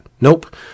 Nope